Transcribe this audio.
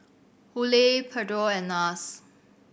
Hurley Pedro and Nars